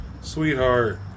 Sweetheart